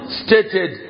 stated